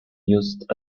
used